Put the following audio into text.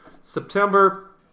September